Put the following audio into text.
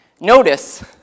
Notice